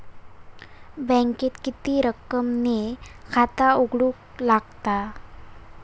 बँकेत किती रक्कम ने खाता उघडूक लागता?